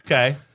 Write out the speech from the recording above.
Okay